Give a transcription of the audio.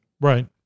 Right